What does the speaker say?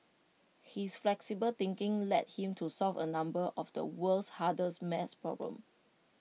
his flexible thinking led him to solve A number of the world's hardest maths problems